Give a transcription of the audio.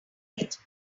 late